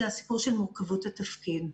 זה הסיפור של מורכבות התפקיד.